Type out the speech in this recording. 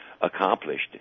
accomplished